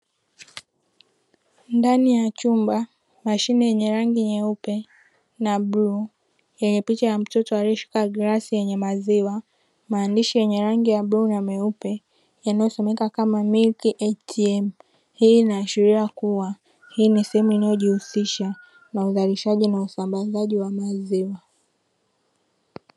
Ndani ya chumba mashine yenye rangi nyeupe na bluu yenye picha ya mtoto aliyeshika glasi yenye maziwa, maandishi yenye rangi ya bluu na nyeupe yanayosomeka kama “ MILK ATM” hii inaashiria kuwa hii ni sehemu inayojihusisha na uzalishaji na usambazaji wa maziwa.